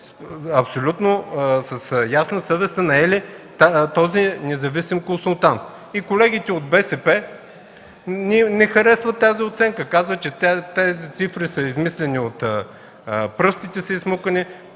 абсолютно ясна съвест са наели този независим консултант. И колегите от БСП не харесват тази оценка. Казват, че тези цифри са измислени, изсмукани